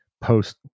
post